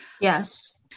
Yes